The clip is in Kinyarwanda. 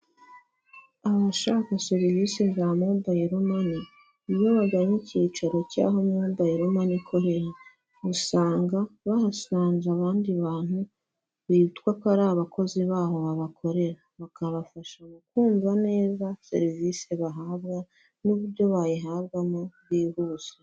Abashaka serivisi za mobayiro mani, iyo baganye icyicaro cy'aho mobayiro mani ikorera, usanga bahasanze abandi bantu bitwa ko ari abakozi baho babakorera, bakabafasha mu kumva neza serivisi bahabwa n'uburyo bayihabwamo bwihuse.